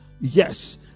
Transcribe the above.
Yes